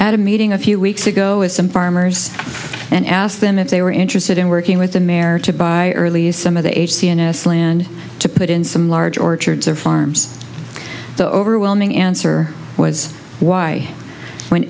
at a meeting a few weeks ago with some farmers and asked them if they were interested in working with the mayor to buy early some of the eight cns land to put in some large orchards or farms the overwhelming answer was why when